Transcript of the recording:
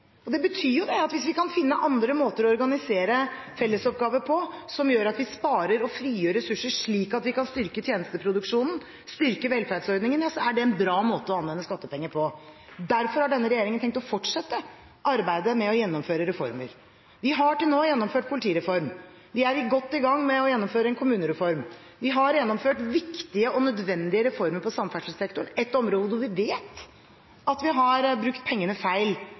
Det betyr at hvis vi kan finne andre måter å organisere fellesoppgaver på, som gjør at vi sparer og frigjør ressurser slik at vi kan styrke tjenesteproduksjonen, styrke velferdsordningene, ja, så er det en bra måte å anvende skattepenger på. Derfor har denne regjeringen tenkt å fortsette arbeidet med å gjennomføre reformer. Vi har til nå gjennomført en politireform. Vi er godt i gang med å gjennomføre en kommunereform. Vi har gjennomført viktige og nødvendige reformer på samferdselssektoren, et område hvor vi vet at vi har brukt pengene feil